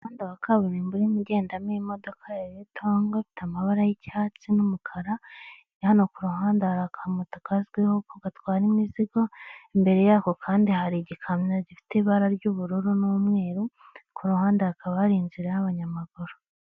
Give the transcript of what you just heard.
Umuhanda wa kaburimbo urimo ugendamo imodokadoka ya yutongo ifite amabara y'icyatsi n'umukara, hano ku ruhande hari aka moto kazwiho ko gatwara imizigo, imbere yako kandi hari igikamyo gifite ibara ry'ubururu n'umweru, ku hande hakaba hari inzira y'abanyamaguru.